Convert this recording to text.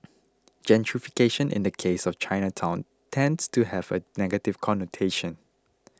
gentrification in the case of Chinatown tends to have a negative connotation